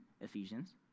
Ephesians